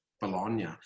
Bologna